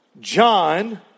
John